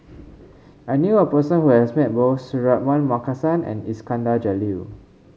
I knew a person who has met both Suratman Markasan and Iskandar Jalil